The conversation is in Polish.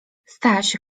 staś